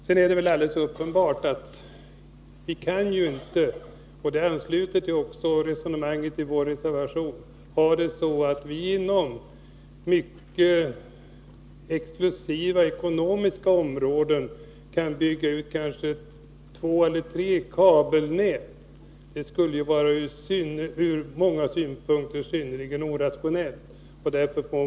Sedan är det väl uppenbart att vi kan inte ha det så — där anknyter jag till resonemanget i vår reservation — att vi inom mycket exklusiva, ekonomiskt starka områden bygger ut två eller kanske tre kabelnät. Det skulle ju vara ur många synpunkter synnerligen orationellt.